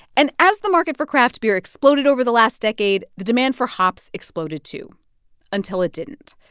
and as the market for craft beer exploded over the last decade, the demand for hops exploded, too until it didn't.